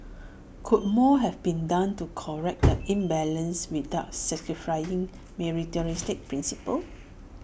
could more have been done to correct the imbalance without sacrificing meritocratic principles